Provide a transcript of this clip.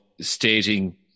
stating